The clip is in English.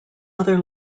other